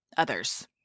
others